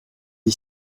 est